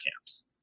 camps